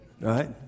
right